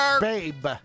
Babe